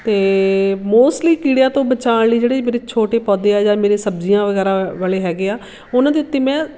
ਅਤੇ ਮੋਸਟਲੀ ਕੀੜਿਆਂ ਤੋਂ ਬਚਾਉਣ ਲਈ ਜਿਹੜੇ ਮੇਰੇੇ ਛੋਟੇ ਪੌਦੇ ਆ ਜਾਂ ਮੇਰੇ ਸਬਜ਼ੀਆਂ ਵਗੈਰਾ ਵਾਲੇ ਹੈਗੇ ਆ ਉਹਨਾਂ ਦੇ ਉੱਤੇ ਮੈਂ